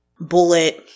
bullet